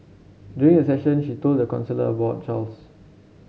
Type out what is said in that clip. during the session she told the counsellor about Charles